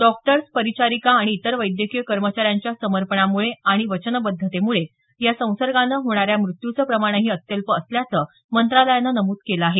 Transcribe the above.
doctors परिचारीका आणि इतर वैद्यकीय कर्मचाऱ्यांच्या समर्पणामुळे आणि वचनबद्धतेमुळे या संसर्गानं होणाऱ्या मृत्यूचं प्रमाणंही अत्यल्प असल्याचं मंत्रालयानं नमूद केलं आहे